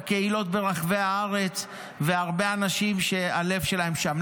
הקהילות ברחבי הארץ והרבה אנשים שהלב שלהם שם.